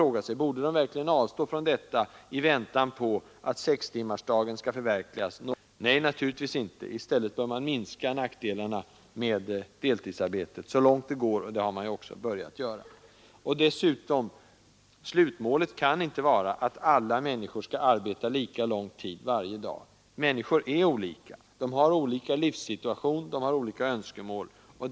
Borde de avstå från detta i väntan på att sextimmarsdagen skall förverkligas någon gång på 1980-talet? Nej, naturligtvis inte. I stället bör man minska nackdelarna med deltidsarbete så långt det går, och det har man också börjat göra. Och dessutom: Slutmålet kan inte vara att alla människor skall arbeta lika lång tid varje dag. Människor är olika, de har olika livssituation, olika önskemål.